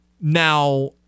Now